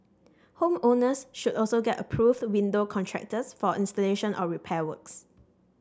home owners should also get approved window contractors for installation or repair works